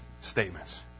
statements